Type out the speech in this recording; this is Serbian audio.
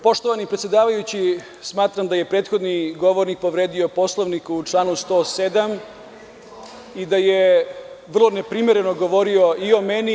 Poštovani predsedavajući, smatram da je prethodni govornik povredio Poslovnik u članu 107. i da je vrlo neprimereno govorio i o meni…